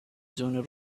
junior